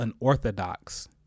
unorthodox